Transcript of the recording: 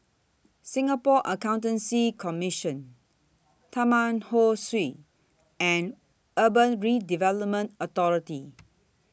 Singapore Accountancy Commission Taman Ho Swee and Urban Redevelopment Authority